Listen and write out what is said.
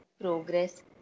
progress